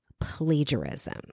plagiarism